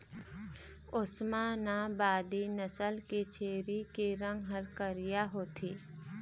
ओस्मानाबादी नसल के छेरी के रंग ह करिया होथे